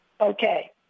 Okay